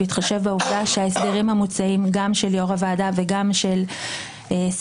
בהתחשב בעובדה שההסדרים המוצעים גם של יושב-ראש הוועדה וגם של שר